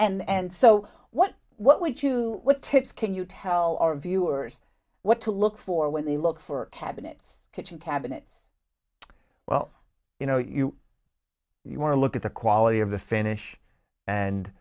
be and so what what would you what tips can you tell our viewers what to look for when they look for cabinets kitchen cabinets well you know you you want to look at the quality of the finish and